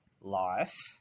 life